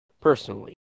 personally